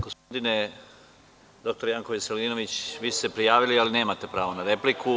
Gospodine dr Janko Veselinoviću, vi ste se prijavili, ali nemate pravo na repliku.